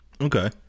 Okay